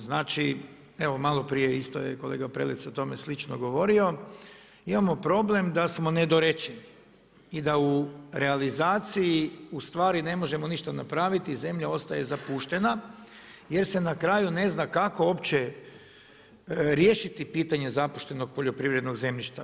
Znači, evo malo prije je isto kolega Prelec o tome slično govorio, imamo problem da smo nedorečeni i da u realizaciji u stvari ne možemo ništa napraviti, zemlja ostaje zapuštena, jer se na kraju ne zna kako uopće riješiti pitanja zapuštenog poljoprivrednog zemljišta.